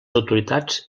autoritats